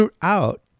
throughout